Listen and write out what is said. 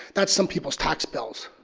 that's some people's tax bills.